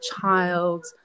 child